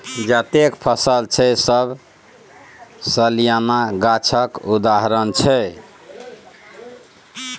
जतेक फसल छै सब सलियाना गाछक उदाहरण छै